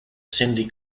sindhi